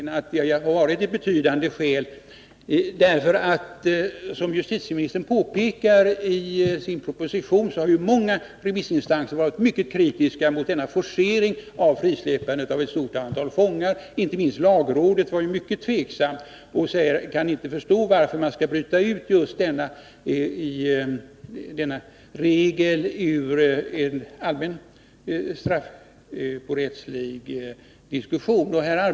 Herr talman! Det är mycket svårt att komma ifrån misstanken att beläggningssituationen har varit ett betydande skäl. Som justitieministern påpekar i propositionen har ju många remissinstanser varit mycket kritiska mot denna forcering av beslutet om frisläppandet av ett stort antal fångar. Inte minst lagrådet var mycket tveksamt och kunde inte förstå varför man skulle bryta ut just denna regel ur en allmän straffrättslig diskussion.